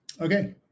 Okay